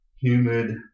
humid